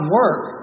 work